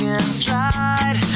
inside